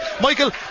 Michael